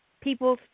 people